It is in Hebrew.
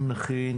אם נכין,